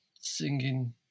singing